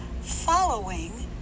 following